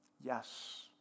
yes